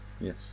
Yes